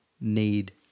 need